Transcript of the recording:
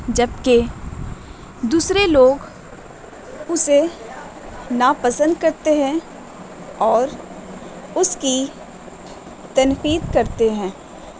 جبکہ دوسرے لوگ اسے ناپسند کرتے ہیں اور اس کی تنقید کرتے ہیں